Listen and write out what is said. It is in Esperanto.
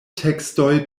tekstoj